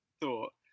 thought